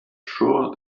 sure